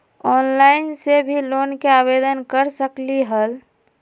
Online से भी loan के आवेदन कर सकलीहल?